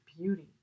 beauty